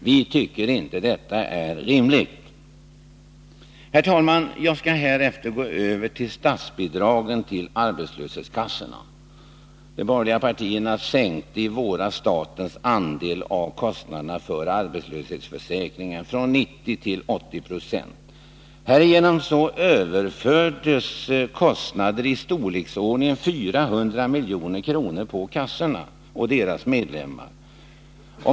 Vi tycker inte att det är rimligt. Herr talman! Jag går härefter över till statsbidragen till arbetslöshetskassorna. De borgerliga partierna sänkte i våras statens andel av kostnaderna för arbetslöshetsförsäkringen från 90 till 80 26. Härigenom överfördes kostnaderi storleksordningen 400 milj.kr. på kassorna och deras medlemmar.